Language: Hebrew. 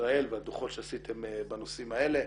ישראל והדוחות שעשיתם בנושאים האלה.